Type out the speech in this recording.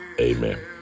Amen